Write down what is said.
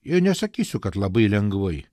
ir nesakysiu kad labai lengvai